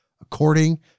according